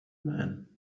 man